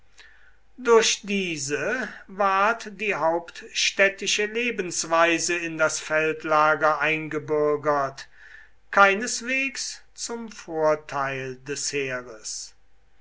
durch diese ward die hauptstädtische lebensweise in das feldlager eingebürgert keineswegs zum vorteil des heeres